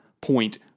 point